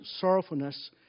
sorrowfulness